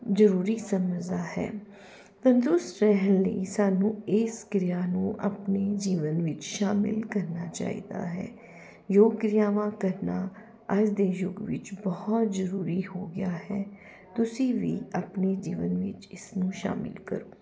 ਜ਼ਰੂਰੀ ਸਮਝਦਾ ਹੈ ਤੰਦਰੁਸਤ ਰਹਿਣ ਲਈ ਸਾਨੂੰ ਇਸ ਕਿਰਿਆ ਨੂੰ ਆਪਣੇ ਜੀਵਨ ਵਿੱਚ ਸ਼ਾਮਲ ਕਰਨਾ ਚਾਹੀਦਾ ਹੈ ਯੋਗ ਕਿਰਿਆਵਾਂ ਕਰਨਾ ਅੱਜ ਦੇ ਯੁਗ ਵਿੱਚ ਬਹੁਤ ਜ਼ਰੂਰੀ ਹੋ ਗਿਆ ਹੈ ਤੁਸੀਂ ਵੀ ਆਪਣੇ ਜੀਵਨ ਵਿੱਚ ਇਸ ਨੂੰ ਸ਼ਾਮਲ ਕਰੋ